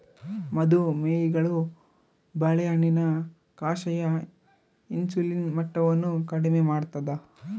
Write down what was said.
ಮದು ಮೇಹಿಗಳು ಬಾಳೆಹಣ್ಣಿನ ಕಷಾಯ ಇನ್ಸುಲಿನ್ ಮಟ್ಟವನ್ನು ಕಡಿಮೆ ಮಾಡ್ತಾದ